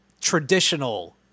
traditional